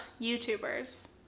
YouTubers